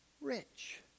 rich